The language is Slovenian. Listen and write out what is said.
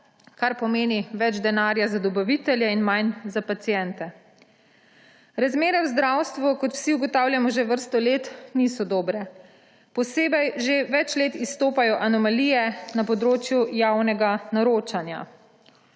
kar pomeni več denarja za dobavitelje in manj za paciente. Razmere v zdravstvu, kot vsi ugotavljamo že vrsto let, niso dobre. Posebej že več let izstopajo anomalije na področju javnega naročanja.